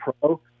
pro